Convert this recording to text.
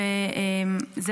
נכון.